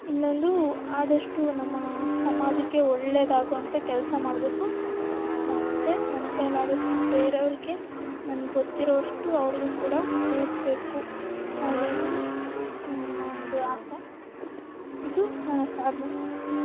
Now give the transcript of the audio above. ಇನ್ನೊಂದು ಆದಷ್ಟು ನಮ್ಮ ಸಮಾಜಕ್ಕೆ ಒಳ್ಳೆದಾಗುವಂಥ ಕೆಲಸ ಮಾಡಬೇಕು ಮತ್ತು ನನ್ನ ಕೈಲಾದಷ್ಟು ಬೇರೆವ್ರಿಗೆ ನನ್ಗೆ ಗೊತ್ತಿರುವಷ್ಟು ಅವ್ರ್ಗೂ ಕೂಡ ತಿಳಿಸ್ಬೇಕು ಅದೊಂದು ನನ್ನ ಒಂದು ಆಸೆ ಇದು ನನ್ನ ಸಾಧನೆ